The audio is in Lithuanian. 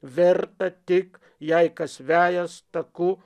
verda tik jei kas vejas taku